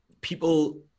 people